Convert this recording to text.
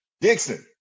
Dixon